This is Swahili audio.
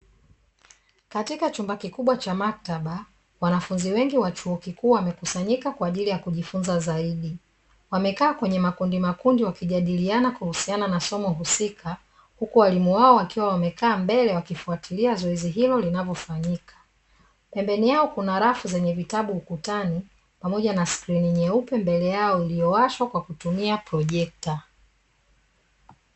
Katika chumba kikubwa cha maktaba wanafunzi wengi wa chuo kikuu, wamekusanyika kwa ajili ya kujifunza zaidi. Wamekaa kwenye makundimakundi wakijadiliana kuhusu somo husika huku walimu wao wakiwa wamekaa mbele wakifuatilia zoezi hilo linavyofanyika, pembeni yao kuna rafu zenye vitabu ukutani pamoja na skrini nyeupe mbele yao iliyowashwa kwa kutumia projekta.